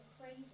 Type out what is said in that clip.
crazy